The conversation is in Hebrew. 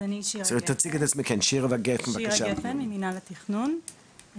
טוב אז אני שירה גפן ממנהל התכנון,